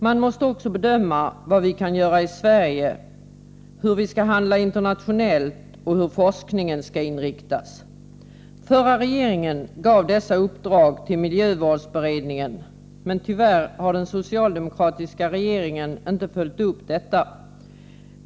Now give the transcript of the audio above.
Mari måste också bedöma vad vi kan göra i Sverige, hur vi skall handla internationellt och hur forskningen skall inriktas. Förra regeringen gav dessa uppdrag till miljövårdsberedningen, men tyvärr har den socialdemokratiska regeringen inte följt upp detta.